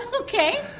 Okay